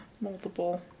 multiple